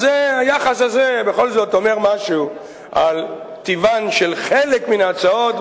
אז היחס הזה בכל זאת אומר משהו על טיבן של חלק מההצעות,